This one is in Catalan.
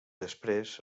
després